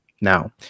Now